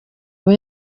aba